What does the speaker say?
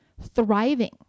thriving